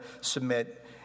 submit